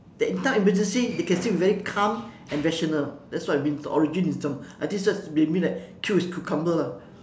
that in time emergency they can still be very calm and rational that's what it means the origin is them I think that's maybe like cool as cucumber lah